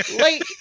late